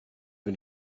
mit